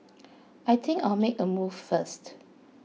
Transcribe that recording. I think I'll make a move first